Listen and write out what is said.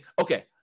okay